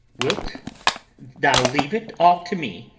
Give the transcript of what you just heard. wilt thou leave it all to me?